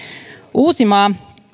uusimaa